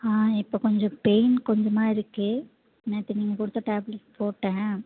இப்போ கொஞ்சம் பெயின் கொஞ்சமாக இருக்குது நேற்று நீங்கள் கொடுத்த டேப்லெட் போட்டேன்